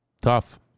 tough